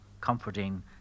comforting